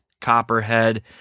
Copperhead